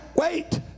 Wait